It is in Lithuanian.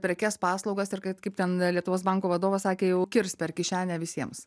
prekes paslaugas ir kad kaip ten lietuvos banko vadovas sakė jau kirs per kišenę visiems